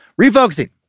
Refocusing